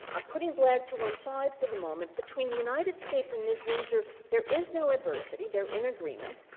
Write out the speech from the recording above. ah putting blag to one side for the moment, between the united states and ms. windsor there is no adversity, they're in agreement,